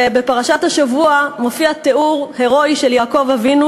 בפרשת השבוע מופיע תיאור הירואי של יעקב אבינו,